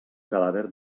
cadàver